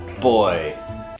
boy